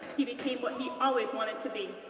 he became what he always wanted to be,